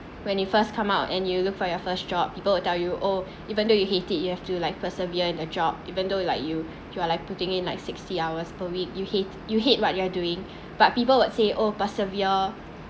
when you first come out and you'll look for your first job people will tell you oh even though you hate it you have to like persevere in a job even though like you you are like putting in like sixty hours per week you hate you hate what you are doing but people would say oh persevere